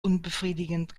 unbefriedigend